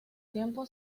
tiempo